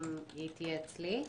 גם היא תהיה אצלי,